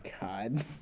God